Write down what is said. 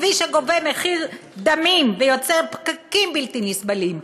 כביש הגובה מחיר דמים ויוצר פקקים בלתי נסבלים?